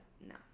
no